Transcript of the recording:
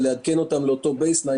ולעדכן אותם לאותו base line,